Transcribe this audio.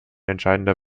entscheidender